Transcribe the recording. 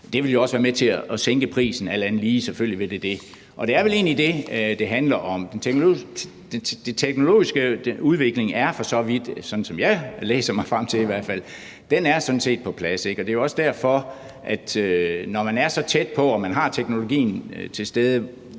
alt andet lige være med til at sænke prisen. Selvfølgelig vil det det. Og det er vel egentlig det, det handler om. Den teknologiske udvikling er, sådan som jeg læser mig frem til det i hvert fald, sådan set på plads, og det er også derfor, man kunne spørge: Når man er så tæt på, og når man har teknologien til stede,